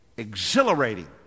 exhilarating